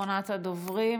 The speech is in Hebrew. אחרונת הדוברים,